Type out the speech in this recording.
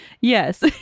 Yes